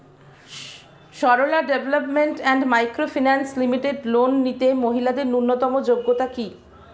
Sarala development and micro finance limited loan নিতে মহিলাদের ন্যূনতম যোগ্যতা কী?